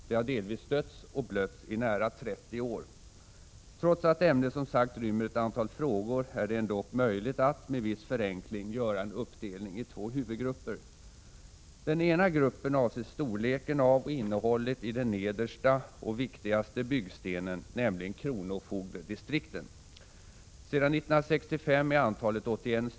Det har delvis stötts och blötts i nära 30 år. Trots att ämnet, som sagt, rymmer ett antal frågor, är det ändock möjligt att — med en viss förenkling — göra en 21 uppdelning i två huvudgrupper. Den ena gruppen avser storleken av och innehållet i den nedersta och viktigaste byggstenen, nämligen kronofogdedistrikten. Sedan 1965 är antalet 81.